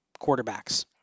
quarterbacks